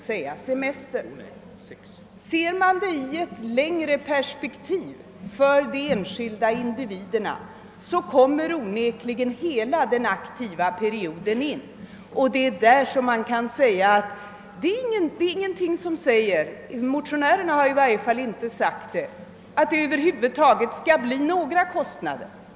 Ser man det i ett längre perspektiv för de enskilda individerna, kommer onekligen hela den aktiva perioden in. Det är ingenting som säger — motionärerna har i varje fall inte sagt det — att det över huvud taget skall bli några kostnader.